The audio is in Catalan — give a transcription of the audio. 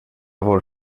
vol